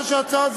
בושה.